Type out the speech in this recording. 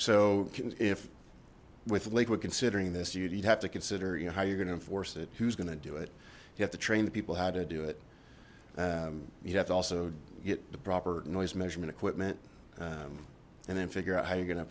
so if with lakewood considering this you'd have to consider you know how you're going to enforce it who's going to do it you have to train the people how to do it you'd have to also get the proper noise measurement equipment and then figure out how you're going to